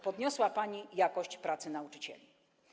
Podniosła pani jakość pracy nauczycieli.